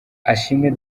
asiimwe